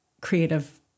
creative